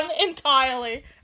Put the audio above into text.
entirely